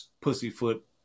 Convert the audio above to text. pussyfoot